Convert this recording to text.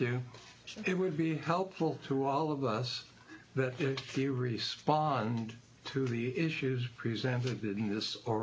you it would be helpful to all of us that get to respond to the issues presented in this or